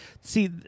See